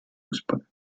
fußball